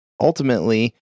Ultimately